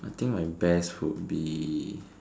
I think my best would be